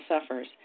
suffers